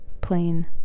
plain